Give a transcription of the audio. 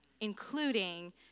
including